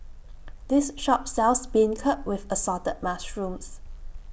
This Shop sells Beancurd with Assorted Mushrooms